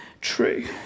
true